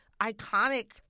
iconic